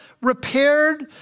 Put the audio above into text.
repaired